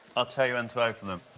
i'll tell you when to open them.